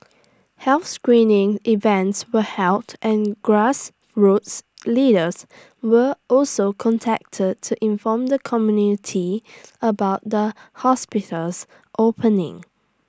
health screening events were held and grassroots leaders were also contacted to inform the community about the hospital's opening